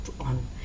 on